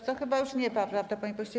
Chyba już nie, prawda, panie pośle?